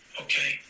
okay